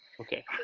Okay